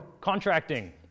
Contracting